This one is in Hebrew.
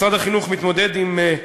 משרד החינוך מתמודד עם,